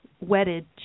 wedded